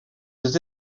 des